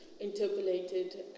interpolated